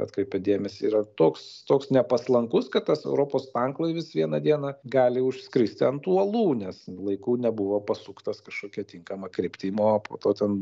atkreipia dėmesį yra toks toks nepaslankus kad tas europos tanklaivis vieną dieną gali užskristi ant uolų nes laiku nebuvo pasuktas kažkokia tinkama kryptim o po to ten